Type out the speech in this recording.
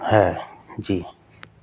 ਹੈ ਜੀ